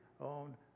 own